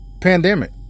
pandemic